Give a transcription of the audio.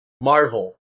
Marvel